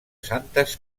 santes